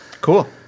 Cool